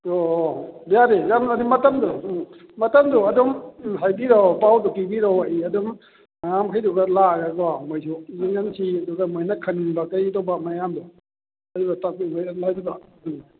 ꯑꯣ ꯑꯣ ꯌꯥꯅꯤ ꯌꯥꯝꯅꯗꯤ ꯃꯇꯝꯗꯣ ꯑꯗꯨꯝ ꯃꯇꯝꯗꯣ ꯑꯗꯨꯝ ꯍꯥꯏꯕꯤꯔꯛꯑꯣ ꯄꯥꯎꯗꯣ ꯄꯤꯕꯤꯔꯛꯑꯣ ꯑꯩ ꯑꯗꯨꯝ ꯑꯉꯥꯡꯃꯈꯩꯗꯨꯒ ꯂꯥꯛꯑꯒꯀꯣ ꯃꯣꯏꯁꯨ ꯈꯪꯅꯤꯡꯕ ꯀꯔꯤꯇꯧꯕ ꯃꯌꯥꯝꯗꯣ ꯑꯗꯨꯒ ꯇꯥꯛꯄꯤꯒꯦ ꯎꯝ